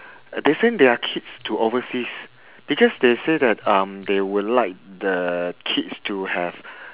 they send their kids to overseas because they say that um they would like the kids to have